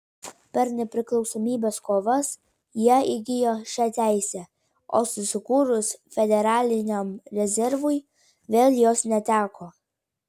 per nepriklausomybės kovas jie įgijo šią teisę o susikūrus federaliniam rezervui vėl jos neteko